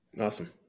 Awesome